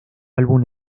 álbum